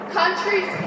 countries